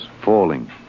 falling